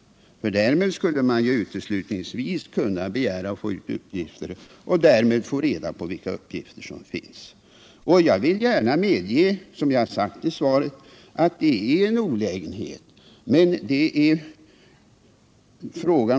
Under sådana förhållanden skulle personer nämligen uteslutningsvis kunna begära att få ut uppgifter och därmed få reda på vad registret innehåller. Jag vill gärna medge, som jag sagt i mitt svar, att det är en olägenhet med en sådan ordning.